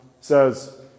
says